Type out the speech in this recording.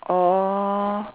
orh